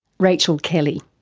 rachel kelly.